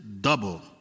double